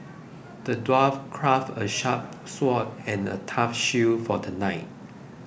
the dwarf crafted a sharp sword and a tough shield for the knight